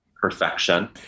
perfection